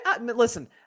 Listen